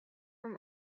from